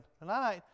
tonight